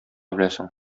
беләсең